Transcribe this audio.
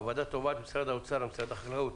הוועדה תובעת ממשרד האוצר וממשרד החקלאות